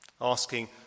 asking